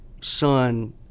son